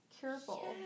careful